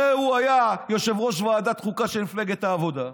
הרי הוא היה יושב-ראש ועדת החוקה של מפלגת העבודה,